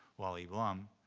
wally blum.